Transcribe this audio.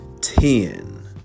ten